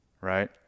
right